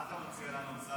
מה אתה מציע לנו, אמסלם?